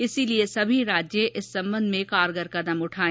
इसलिए सभी राज्य इस संवंध में कारगर कदम उठाएं